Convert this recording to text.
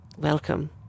Welcome